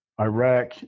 Iraq